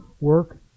work